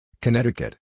Connecticut